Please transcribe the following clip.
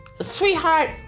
sweetheart